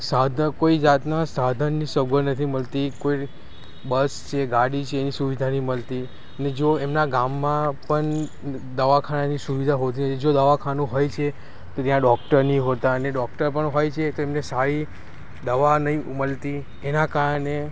સાધક કોઈ જાતના સાધનની સગવડ નથી મળતી કોઈ બસ છે ગાડી છે સુવિધા નહીં મલતી એટલે જો એમનાં ગામમાં પણ દવાખાનાની સુવિધા હોતી નથી જો દવાખાનું હોય છે તો ત્યાં ડોક્ટર નહીં હોતા અને ડોક્ટર પણ હોય છે તો એમને સારી દવા નથી મળતી એનાં કારણે